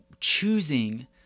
choosing